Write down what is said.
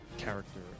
character